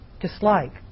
dislike